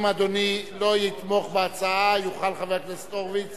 אם אדוני לא יתמוך בהצעה, יוכל חבר הכנסת הורוביץ